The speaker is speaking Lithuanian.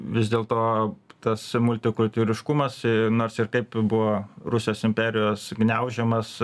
vis dėlto tas multikultūriškumas čia nors ir kaip buvo rusijos imperijos gniaužiamas